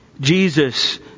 Jesus